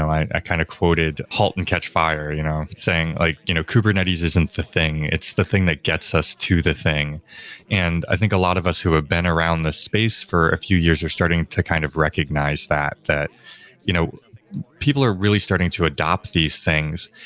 i kind of quoted halt and catch fire you know saying, like you know kubernetes isn't the thing. it's the thing that gets us to the thing and i think a lot of us who have been around the space for a few years are starting to kind of recognize that. that you know people are really starting to adopt these things,